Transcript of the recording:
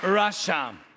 Russia